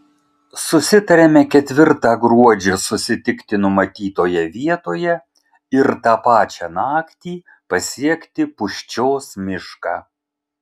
susitariame ketvirtą gruodžio susitikti numatytoje vietoje ir tą pačią naktį pasiekti pūščios mišką